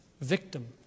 victim